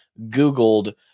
Googled